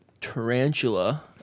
tarantula